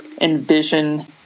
envision